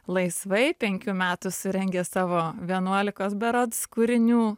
laisvai penkių metų surengė savo vienuolikos berods kūrinių